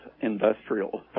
industrial